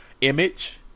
image